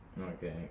Okay